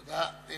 תודה.